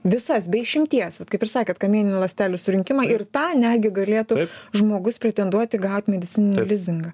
visas be išimties vat kaip ir sakėt kamieninių ląstelių surinkimą ir tą netgi galėtų žmogus pretenduoti gaut medicininį lizingą